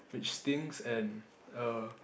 which stings and err